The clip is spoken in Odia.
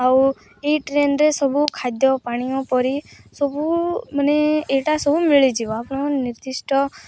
ଆଉ ଏଇ ଟ୍ରେନ୍ରେ ସବୁ ଖାଦ୍ୟ ପାନୀୟ ପରି ସବୁ ମାନେ ଏଇଟା ସବୁ ମିଳିଯିବ ଆପଣଙ୍କ ନିର୍ଦ୍ଧିଷ୍ଠ